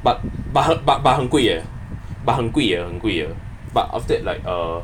but but but but 很贵 eh but 很贵的 eh 很贵的 but after that like err